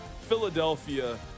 Philadelphia